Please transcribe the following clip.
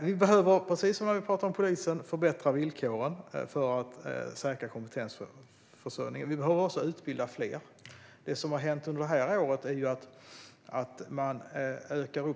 Vi behöver, precis som när vi talade om polisen, förbättra villkoren för att säkra kompetensförsörjningen. Vi behöver också utbilda fler. Det som har hänt under detta år är att man har ökat antalet platser.